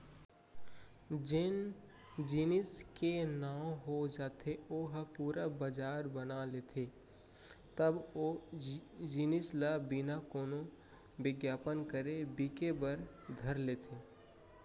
जेन जेनिस के नांव हो जाथे ओ ह पुरा बजार बना लेथे तब ओ जिनिस ह बिना कोनो बिग्यापन करे बिके बर धर लेथे